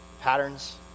Patterns